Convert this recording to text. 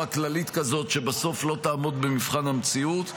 כללית כזאת שבסוף לא תעמוד במבחן המציאות.